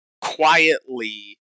Quietly